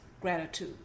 gratitude